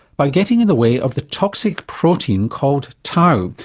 by getting in the way of the toxic protein called tau,